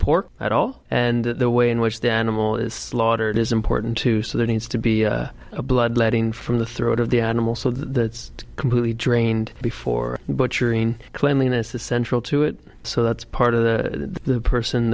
pork at all and the way in which the animal is slaughtered is important too so there needs to be a bloodletting from the throat of the animal so that's completely drained before butchering cleanliness is central to it so that's part of the person